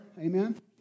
amen